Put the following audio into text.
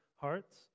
hearts